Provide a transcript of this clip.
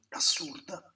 assurda